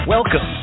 Welcome